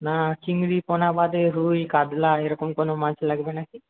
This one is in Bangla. না চিংড়ি পোনা বাদে রুই কাতলা এরকম কোনও মাছ লাগবে নাকি